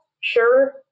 sure